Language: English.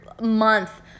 month